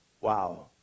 wow